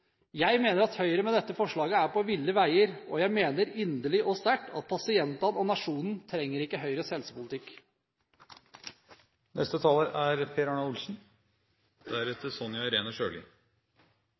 Jeg mener Høyre med dette forslaget er på ville veier, og jeg mener inderlig og sterkt at pasientene og nasjonen ikke trenger Høyres